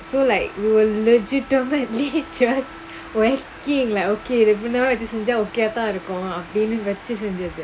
so like we legitimately just wacking lah my okay இந்த மாரிலாம் செஞ்சா:intha maarilaam senjaa okay ah தான் இருக்கும் அந்த மாரி வச்சி செஞ்சது:thaan irukkum antha maari vachi senjathu